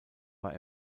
war